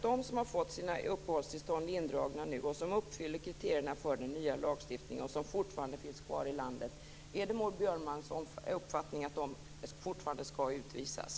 De som har fått sina uppehållstillstånd indragna, som uppfyller kriterierna för den nya lagstiftningen och som fortfarande finns kvar i landet - är det Maud Björnemalms uppfattning att de fortfarande skall utvisas?